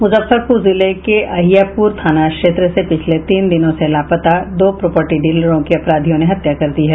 मुजफ्फरपुर जिले के अहियापुर थाना क्षेत्र से पिछले तीन दिनों से लापता दो प्रोपेर्टी डीलरों की अपराधियों ने हत्या कर दी है